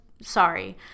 sorry